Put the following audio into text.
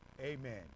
Amen